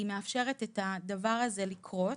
היא מאפשרת לדבר הזה לקרות.